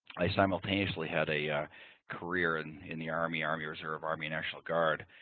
i simultaneously had a career and in the army, army reserve, army national guard,